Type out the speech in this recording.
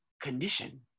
condition